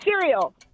cereal